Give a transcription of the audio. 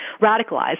radicalized